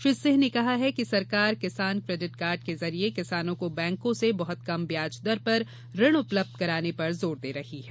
श्री सिंह ने कहा कि सरकार किसान केडिट कार्ड के जरिए किसानों को बैंकों से बहुत कम ब्याज दर पर ऋण उपलब्ध कराने पर जोर दे रही है